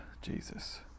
Jesus